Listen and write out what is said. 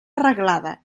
arreglada